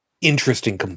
interesting